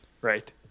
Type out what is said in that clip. right